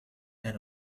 and